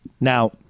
Now